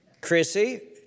Chrissy